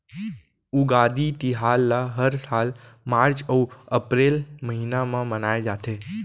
उगादी तिहार ल हर साल मार्च अउ अपरेल महिना म मनाए जाथे